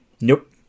nope